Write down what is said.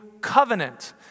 covenant